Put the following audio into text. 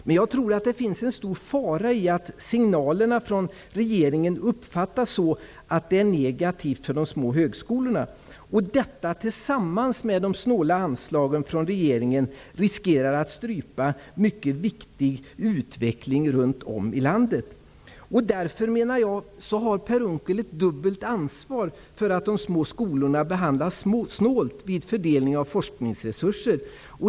Men jag tror att det finns en stor fara att signalerna från regeringen uppfattas så att det blir negativt för de små högskolorna. Detta tillsammans med de snåla anslagen från regeringen riskerar att strypa mycket viktig utveckling runt om i landet. Per Unckel har därför ett dubbelt ansvar för att de små skolorna behandlas snålt vid fördelning av forskningsresurser.